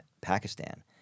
Pakistan